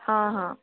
ହଁ ହଁ